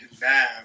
now